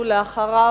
ואחריו,